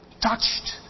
touched